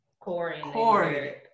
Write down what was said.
corey